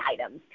items